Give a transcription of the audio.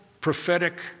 prophetic